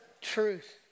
truth